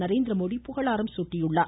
நரேந்திரமோடி புகழாரம் சூட்டியுள்ளார்